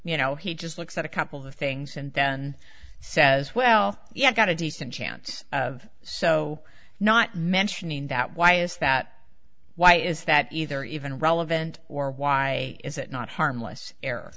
you know he just looks at a couple of things and then says well yeah i've got a decent chance so not mentioning that why is that why is that either even relevant or why is it not harmless